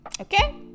Okay